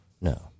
No